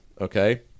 okay